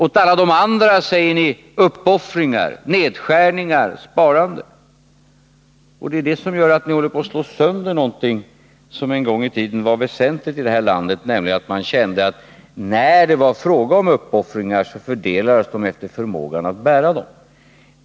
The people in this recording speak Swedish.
Åt alla de andra säger ni: Uppoffringar, nedskärningar, sparande. Det är det som gör att ni håller på att slå sönder någonting som en gång i tiden var väsentligt i det här landet, nämligen att man kände att när det var fråga om uppoffringar, så fördelades de efter förmågan att bära dem.